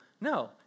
No